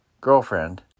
girlfriend